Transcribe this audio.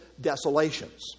desolations